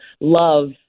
love